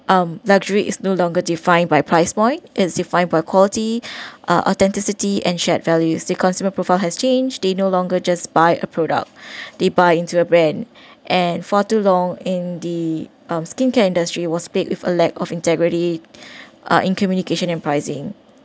um luxury is no longer defined by price point is defined by quality uh authenticity and shared values the consumer profile has changed they no longer just buy a product they buy into a brand and for too long in the um skincare industry was paid with a lack of integrity uh in communication and pricing